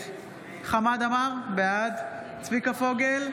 חמד עמאר, בעד צביקה פוגל,